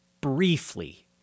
briefly